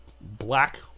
black